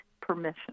permission